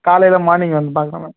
காலையில் மார்னிங் வந்து பார்க்குறேன் மேம்